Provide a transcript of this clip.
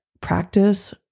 practice